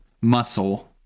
Muscle